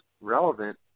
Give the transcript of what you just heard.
relevant